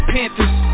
Panthers